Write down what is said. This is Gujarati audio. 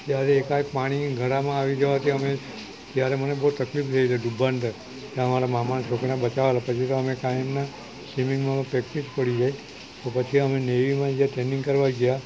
ત્યારે એકાએક પાણી ગળામાં આવી જવાથી અમે ત્યારે મને બહુ તકલીફ થઈ જતું ડૂબાવનું ત્યાં મારા મામાના છોકરાએ બચાવેલો પછી તો અમે ટાઈમે સ્વિમિંગમાં પ્રેક્ટિસ પડી જાય તો પછી અમે નેવીમાં જે ટ્રેનિંગ કરવા ગયા